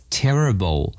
terrible